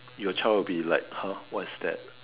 your child will be like !huh! what is that